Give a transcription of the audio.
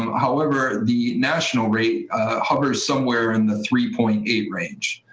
however, the national rate hovers somewhere in the three point eight range.